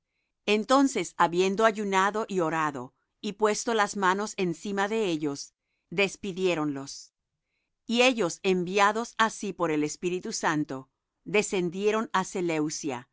entonces habiendo ayunado y orado y puesto las manos encima de ellos despidiéronlos y ellos enviados así por el espíritu santo descendieron